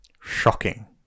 shocking